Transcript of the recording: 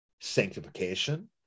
sanctification